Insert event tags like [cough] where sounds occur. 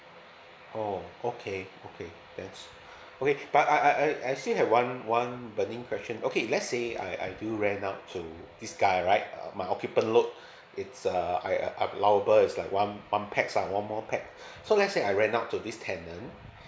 oh okay okay thanks [breath] okay but I I I still have one one burning question okay let's say I I do rent out to this guy right uh my occupant load [breath] it's a I allower is one one pax lah one more pax [breath] so let's say I rent out to this tenant [breath]